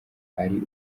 ari